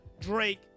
Drake